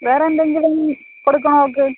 വേറെ എന്തെങ്കിലും കൊടുക്കണോ അവൾക്ക്